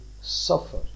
suffer